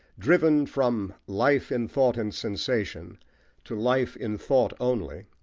driven from life in thought and sensation to life in thought only,